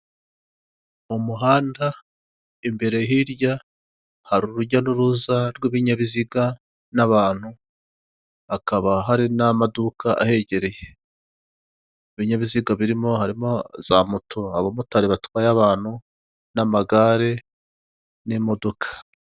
Mu muhanda imbere hirya hari urujya n'uruza rw'ibinyabiziga n'abantu. Hakaba hari n'amaduka ahegereye. Ibinyabiziga birimo harimo za moto, abamotari batwaye abantu, n'amagare n'imodoka.